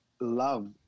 love